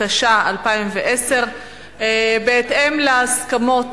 התשע"א 2010. בהתאם להסכמות,